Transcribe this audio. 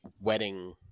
wedding